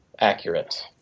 accurate